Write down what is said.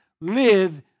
live